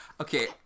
Okay